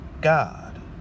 God